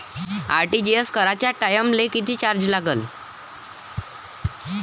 RTGS कराच्या टायमाले किती चार्ज लागन?